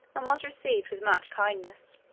um was received with much kindness.